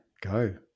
go